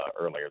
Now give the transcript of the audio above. earlier